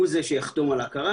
הוא זה שיחתום על ההכרה.